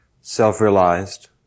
self-realized